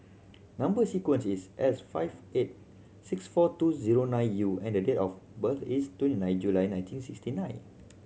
number sequence is S five eight six four two zero nine U and date of birth is twenty nine July nineteen sixty nine